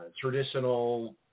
traditional